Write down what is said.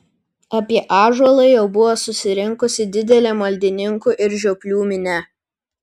apie ąžuolą jau buvo susirinkusi didelė maldininkų ir žioplių minia